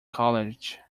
college